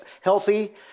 healthy